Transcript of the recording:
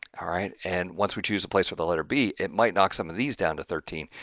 alright, and once we choose the place with letter b, it might knock some of these down to thirteen,